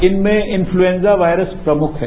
इनमें influenza virus प्रमुख है